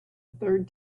third